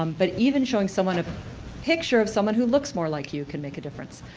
um but even showing someone a picture of someone who looks more like you can make a difference.